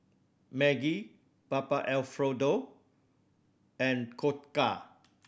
Maggi Papa Alfredo and Koka